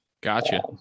Gotcha